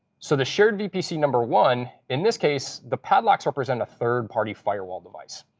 so the shared vpc number one in this case, the padlocks represent a third party firewall device.